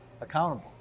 accountable